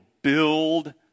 build